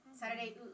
Saturday